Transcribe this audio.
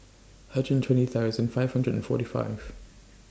hundred and twenty thousand five hundred and forty five